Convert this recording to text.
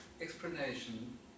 explanation